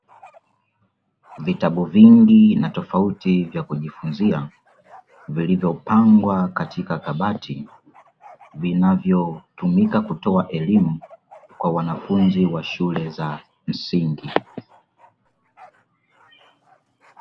Vitabu vingi na tofauti vya kujifunzia, vilivyopangwa katika kabati vinavyotumika kutoa elimu kwa wanafunzi wa shule za msingi.